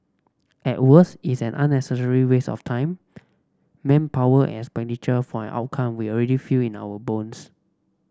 at worst it's an unnecessary waste of time manpower expenditure for an outcome we already feel in our bones